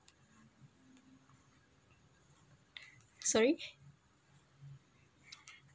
sorry